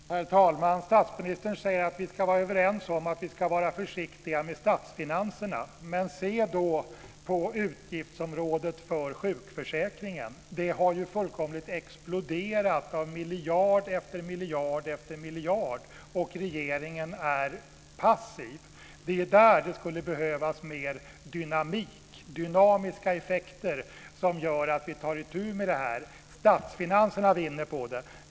Herr talman! Statsministern säger att vi ska vara överens om att vi ska vara försiktiga med statsfinanserna. Men se då på utgiftsområdet för sjukförsäkringen. Det har ju fullkomligt exploderat av miljard efter miljard efter miljard. Och regeringen är passiv. Det är där som det skulle behövas mer dynamik, dynamiska effekter som gör att vi tar itu med detta. Statsfinanserna vinner på det.